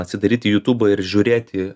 atsidaryti jutubą ir žiūrėti